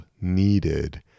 needed